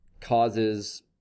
causes